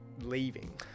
leaving